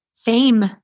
fame